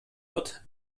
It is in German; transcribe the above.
wird